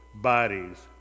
bodies